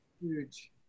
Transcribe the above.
huge